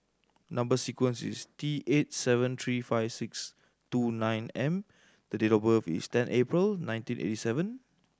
number sequence is T eight seven three five six two nine M the date of birth is ten April nineteen eighty seven